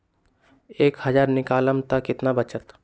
एक हज़ार निकालम त कितना वचत?